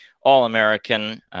All-American